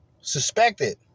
suspected